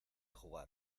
jugar